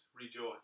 rejoice